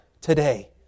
today